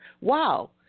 wow